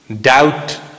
doubt